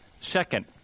Second